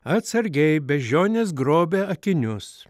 atsargiai beždžionės grobia akinius